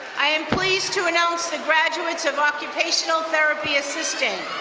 i am pleased to announce the graduates of occupational therapy assistant.